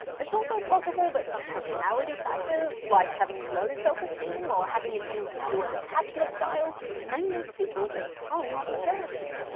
it's also possible that some personality factors, like having low self-esteem or having an insecure attachment style may make people more prone to jealousy.